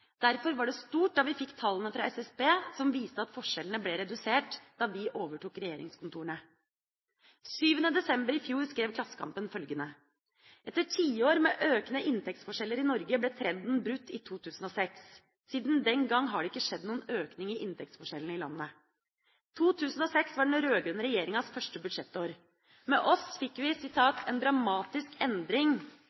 Derfor var det stort da vi fikk tallene fra SSB, som viste at forskjellene ble redusert da vi overtok regjeringskontorene. 7. desember i fjor skrev Klassekampen følgende: «Etter tiår med økende inntektsforskjeller i Norge, ble trenden brutt i 2006. Siden den gang har det ikke skjedd noen økning i inntektsforskjellene i landet.» 2006 var den rød-grønne regjeringas første budsjettår. Med oss fikk vi «en dramatisk endring sammenlignet med utbytteårene i